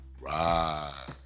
Right